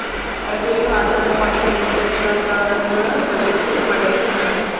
ప్రతి ఏడు ఆంధ్రాలో పంట ఇంటికొచ్చినంక చేసుకునే పండగే సంక్రాంతి